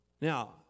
Now